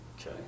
Okay